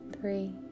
three